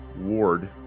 Ward